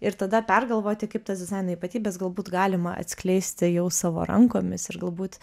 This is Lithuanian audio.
ir tada pergalvoti kaip tas dizaino ypatybes galbūt galima atskleisti jau savo rankomis ir galbūt